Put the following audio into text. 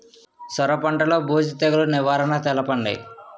సొర పంటలో బూజు తెగులు నివారణ తెలపండి?